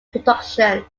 productions